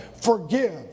forgive